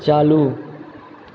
चालू